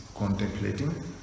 contemplating